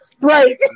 Right